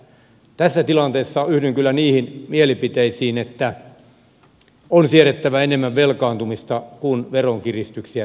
tässä tilanteessa yhdyn kyllä niihin mielipiteisiin että on siedettävä enemmän velkaantumista kuin veronkiristyksiä